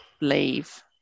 leave